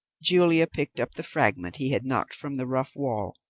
julia picked up the fragment he had knocked from the rough wall,